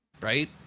Right